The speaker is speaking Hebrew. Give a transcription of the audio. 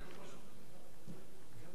הכנסת אחמד טיבי.